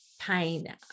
pain